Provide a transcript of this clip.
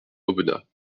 aubenas